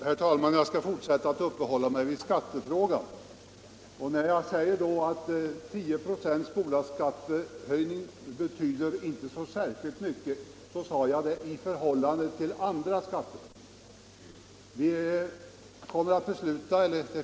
Herr talman! Jag skall fortsätta att uppehålla mig vid skattefrågan. När jag säger att en höjning av bolagsskatten med 10 96 inte betyder särskilt mycket, ser jag det i förhållande till andra skatter.